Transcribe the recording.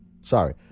Sorry